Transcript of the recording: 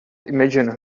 imagine